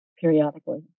periodically